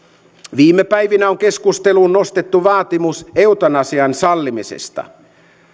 viime päivinä on keskusteluun nostettu vaatimus eutanasian sallimisesta